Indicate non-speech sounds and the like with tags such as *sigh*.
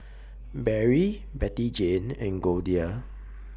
Barry Bettyjane and Goldia *noise*